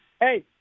Hey